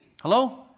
Hello